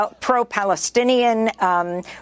pro-Palestinian